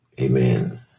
Amen